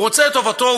הוא רוצה את טובתו,